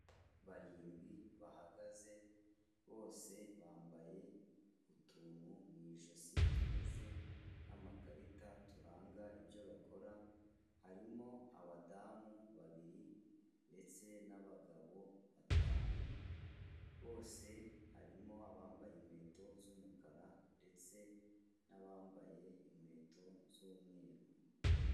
Barindwi bahagaze, bose bambaye utuntu mu ijosi tumeze nk'amakarita turanga ibyo bakora, harimo abadamu babiri ndetse n'abagabo batanu, bose harimo abambaye inkweto z'umukara ndetse n'abambaye inkweto z'umweru.